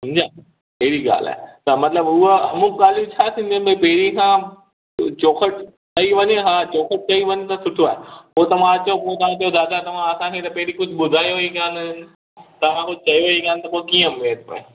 सम्झि अहिड़ी ॻाल्हि आहे त मतिलब हूअ हूअ ॻाल्हियूं छा थींदियूं आहिनि पहिरीं खां चोखट ठही वञे हा चोखट ठही वञे त सुठो आहे पोइ तव्हां चओ दादा तव्हां असांखे त पहिरीं कुझु ॿुधायो ई कोन्ह तव्हां कुझु चयो ई कोन्ह त कीअं भेद पए